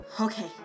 Okay